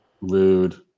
Rude